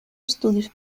estudios